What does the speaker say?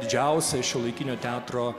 didžiausia šiuolaikinio teatro